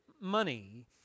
money